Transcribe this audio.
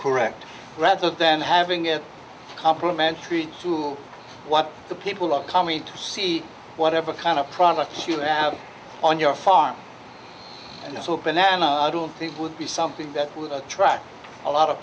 correct rather than having it complementary to what the people are coming to see whatever kind of products you have on your farm it's open and i don't think it would be something that would attract a lot of